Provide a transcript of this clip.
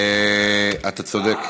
אתה צודק.